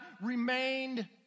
remained